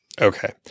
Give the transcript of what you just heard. Okay